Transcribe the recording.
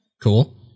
cool